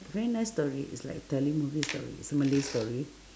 very nice story is like telling movie story it's a malay story